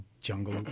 jungle